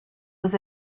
was